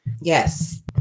Yes